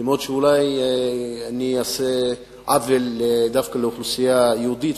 אף-על-פי שאולי אני אעשה עוול דווקא לאוכלוסייה יהודית,